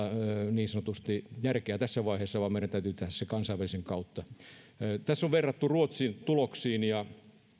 niin sanotusti järkeä tässä vaiheessa vaan meidän täytyy tehdä se kansainvälisen kautta tässä on verrattu ruotsin tuloksiin ja